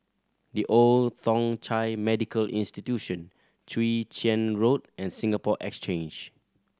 The Old Thong Chai Medical Institution Chwee Chian Road and Singapore Exchange